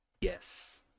Yes